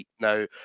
Now